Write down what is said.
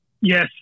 Yes